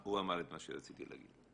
הוא אמר את מה שרציתי להגיד.